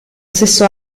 stesso